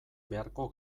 beharko